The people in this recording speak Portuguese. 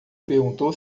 perguntou